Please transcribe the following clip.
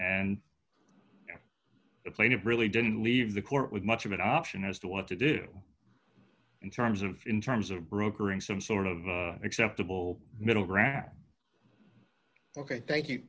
and plaintive really didn't leave the court with much of an option as to what to do in terms of in terms of brokering some sort of acceptable middle ground ok thank you